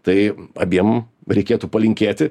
tai abiem reikėtų palinkėti